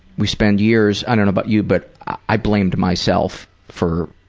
we spend years, i don't know about you but i blamed myself for,